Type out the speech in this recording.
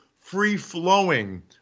free-flowing